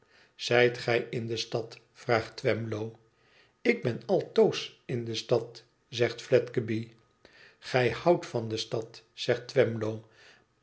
zijt gij in de stad vraagt twemlow ik ben altoos inde stad zegt fledgeby gij houdt van de stad zegt twemlow